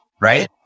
right